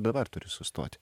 dabar turi sustoti